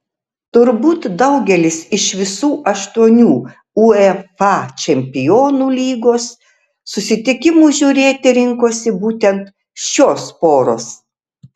turbūt daugelis iš visų aštuonių uefa čempionų lygos susitikimų žiūrėti rinkosi būtent šios poros